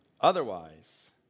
Otherwise